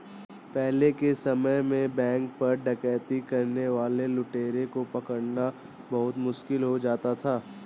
पहले के समय में बैंक पर डकैती करने वाले लुटेरों को पकड़ना बहुत मुश्किल हो जाता था